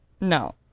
No